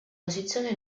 posizione